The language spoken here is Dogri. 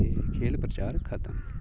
एह् खेल प्रचार खतम